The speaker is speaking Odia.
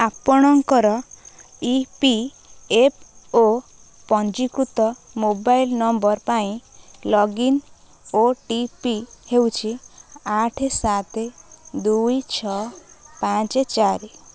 ଆପଣଙ୍କର ଇ ପି ଏଫ୍ ଓ ପଞ୍ଜୀକୃତ ମୋବାଇଲ୍ ନମ୍ବର ପାଇଁ ଲଗଇନ୍ ଓ ଟି ପି ହେଉଛି ଆଠ ସାତ ଦୁଇ ଛଅ ପାଞ୍ଚ ଚାରି